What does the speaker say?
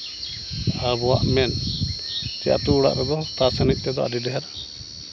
ᱟᱵᱚᱣᱟᱜ ᱢᱮᱱ ᱪᱮ ᱟᱛᱳ ᱚᱲᱟᱜ ᱨᱮᱫᱚ ᱛᱟᱥ ᱮᱱᱮᱡ ᱛᱮᱫᱚ ᱟᱹᱰᱤ ᱰᱷᱮᱨ